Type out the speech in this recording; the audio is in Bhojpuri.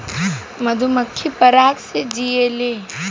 मधुमक्खी पराग से जियेले